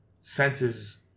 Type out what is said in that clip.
senses